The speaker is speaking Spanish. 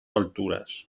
alturas